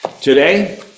Today